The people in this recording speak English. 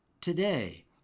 today